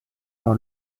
par